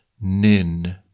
nin